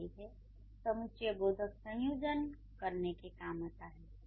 जाहिर है समुच्चयबोधक संयोजन करने के काम आता है